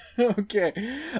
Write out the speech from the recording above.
Okay